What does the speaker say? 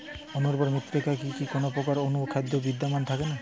অনুর্বর মৃত্তিকাতে কি কোনো প্রকার অনুখাদ্য বিদ্যমান থাকে না?